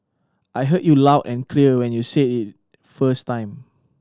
I heard you loud and clear when you said it first time